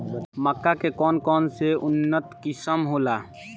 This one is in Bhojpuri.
मक्का के कौन कौनसे उन्नत किस्म होला?